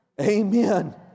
Amen